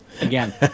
again